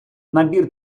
набір